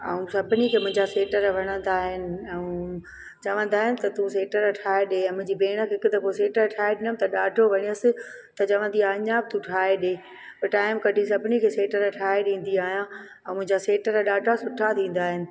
ऐं सभिनी खे मुंहिंजा सीटर वणंदा आहिनि ऐं चवंदा आहिनि त तू सीटर ठाहे ॾिए मुंहिंजी भेण त हिकु दफ़ो न सीटर ठाहे ॾिनमि त ॾाढो वणियोसि त चवंदी आहे अञा तू ठाहे ॾिए टाइम कढी सभिनी खे सीटर ठाहे ॾींदी आहियां ऐं मुंहिंजा सीटर ॾाढा सुठा थींदा आहिनि